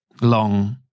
long